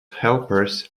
helpers